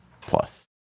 Plus